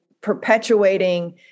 perpetuating